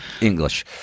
English